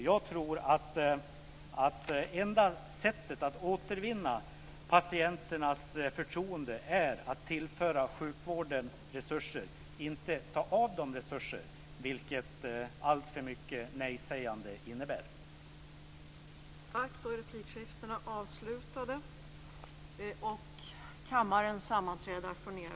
Jag tror att enda sättet att återvinna patienternas förtroende är att tillföra sjukvården resurser, inte att beröva den resurser, vilket alltför mycket av nejsägande leder till.